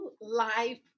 life